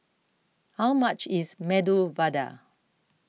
how much is Medu Vada